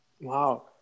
wow